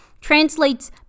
translates